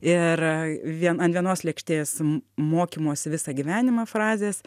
ir vien ant vienos lėkštės mokymosi visą gyvenimą frazės